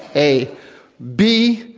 a b,